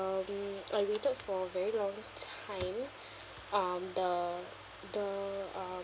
um and we talk for a very long time um the the um